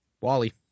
Wally